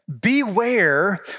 Beware